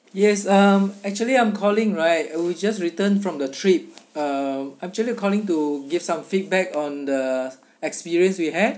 yes um actually I'm calling right we will just return from the trip um actually I'm calling to give some feedback on the experience we had